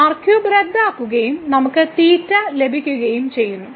r cube റദ്ദാക്കുകയും നമുക്ക് ലഭിക്കുകയും ചെയ്യും